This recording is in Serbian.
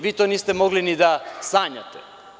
Vi to niste mogli ni da sanjate.